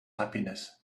happiness